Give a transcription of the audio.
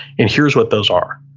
and here's what those are.